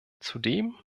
zudem